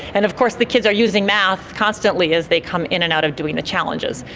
and of course the kids are using maths constantly as they come in and out of doing the challenges.